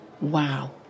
Wow